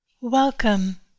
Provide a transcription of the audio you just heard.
Welcome